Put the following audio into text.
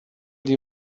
die